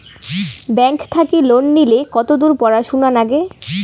Bank থাকি loan নিলে কতদূর পড়াশুনা নাগে?